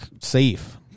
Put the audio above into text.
safe